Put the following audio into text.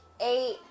eight